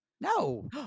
No